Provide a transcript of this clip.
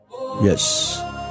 Yes